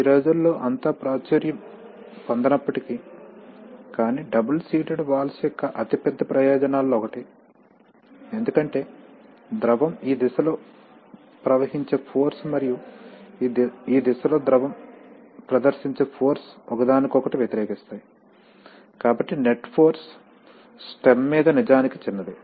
ఈ రోజుల్లో అంత ప్రాచుర్యం పొందనప్పటికీ కానీ డబుల్ సీటెడ్ వాల్వ్స్ యొక్క అతిపెద్ద ప్రయోజనాల్లో ఒకటి ఎందుకంటే ద్రవం ఈ దిశలో ప్రవహించే ఫోర్స్ మరియు ఈ దిశలో ద్రవం ప్రదర్శించే ఫోర్స్ ఒకదానికొకటి వ్యతిరేకిస్తాయి కాబట్టి నెట్ ఫోర్స్ స్టెమ్ మీద నిజానికి చిన్నది